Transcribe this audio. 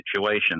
situation